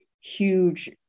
huge